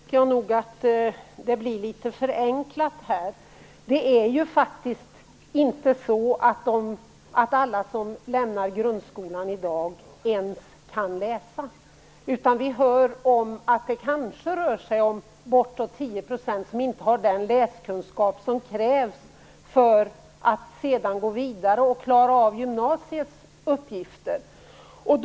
Herr talman! Nu tycker jag nog att det blir litet förenklat här. Det är faktiskt inte så att alla som lämnar grundskolan i dag ens kan läsa. Vi hör att det kanske rör sig om att bortåt 10 % inte har den läskunskap som krävs för att de sedan skall kunna gå vidare och klara uppgifterna på gymnasiet.